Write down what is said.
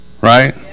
Right